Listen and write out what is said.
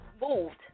moved